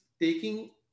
taking